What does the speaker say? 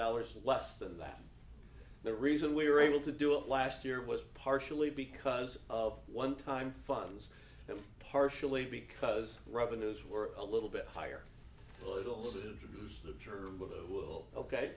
dollars less than that the reason we were able to do it last year was partially because of one time funds and partially because revenues were a little bit higher